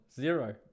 Zero